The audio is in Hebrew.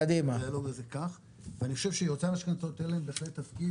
אני חושב שיועצי המשכנתאות יהיה להם בהחלט תפקיד,